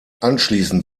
anschließend